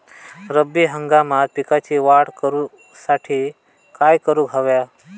रब्बी हंगामात पिकांची वाढ करूसाठी काय करून हव्या?